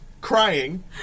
crying